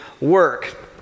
work